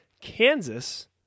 kansas